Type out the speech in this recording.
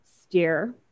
steer